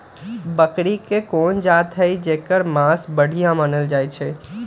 बकरी के कोन जात हई जेकर मास बढ़िया मानल जाई छई?